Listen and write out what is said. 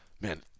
man